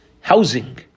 housing